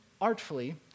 artfully